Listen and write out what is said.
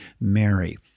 Mary